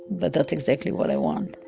but that's exactly what i want.